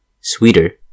sweeter